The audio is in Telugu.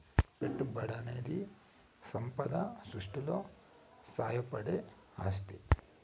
పెట్టుబడనేది సంపద సృష్టిలో సాయపడే ఆస్తి